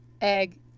egg